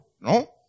No